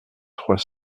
trois